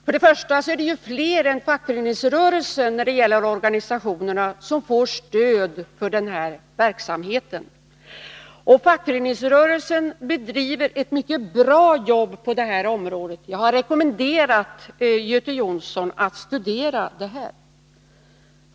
Jag vill först framhålla att det är fler organisationer än fackföreningsrörelsen som får stöd till denna verksamhet, men fackföreningsrörelsen utför ett mycket bra jobb på detta område. Jag har rekommenderat Göte Jonsson att studera detta.